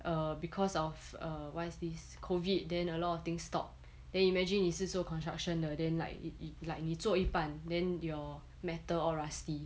err because of err what is this COVID then a lot of things stop then imagine 你是做 construction 的 then like like 你做一半 then your metal all rusty